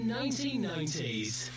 1990s